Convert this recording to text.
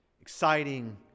exciting